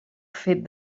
fet